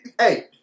Hey